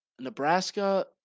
Nebraska